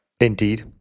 Indeed